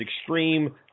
extreme